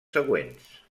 següents